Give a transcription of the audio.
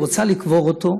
והיא רוצה לקבור אותו,